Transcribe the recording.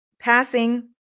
passing